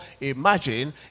imagine